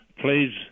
Please